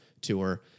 tour